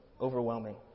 overwhelming